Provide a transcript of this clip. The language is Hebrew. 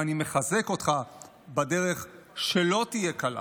ואני מחזק אותך בדרך שלא תהיה קלה,